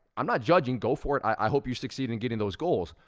i'm not judging, go for it. i hope you succeed in getting those goals.